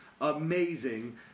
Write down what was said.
amazing